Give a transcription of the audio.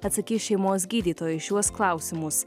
atsakys šeimos gydytojai šiuos klausimus